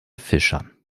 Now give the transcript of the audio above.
fischern